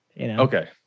okay